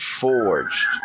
forged